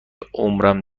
عمرم